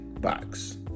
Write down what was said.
box